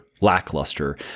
lackluster